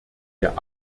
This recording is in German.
der